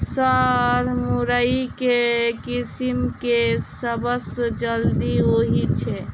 Sir मुरई केँ किसिम केँ सबसँ जल्दी होइ छै?